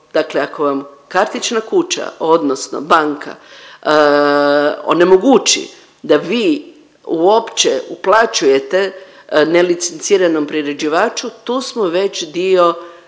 dakle ako vam kartična kuća odnosno banka onemogući da vi uopće uplaćujete nelicenciranom priređivaču, tu smo već dio,